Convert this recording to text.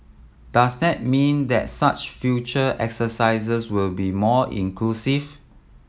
does that mean that such future exercises will be more inclusive